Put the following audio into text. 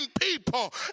people